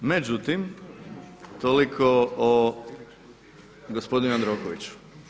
Međutim, toliko o gospodinu Jandrokoviću.